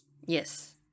Yes